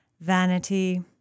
Vanity